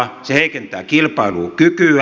se heikentää kilpailukykyä